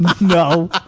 No